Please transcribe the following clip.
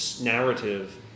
narrative